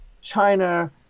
China